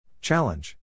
Challenge